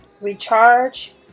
recharge